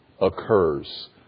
occurs